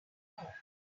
more